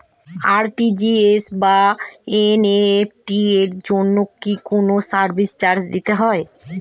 RTGS বা NEFT এর জন্য কি কোনো সার্ভিস চার্জ দিতে হয়?